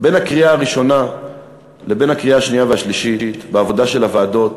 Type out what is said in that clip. בין הקריאה הראשונה לבין הקריאה השנייה והשלישית בעבודה של הוועדות